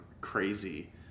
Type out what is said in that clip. crazy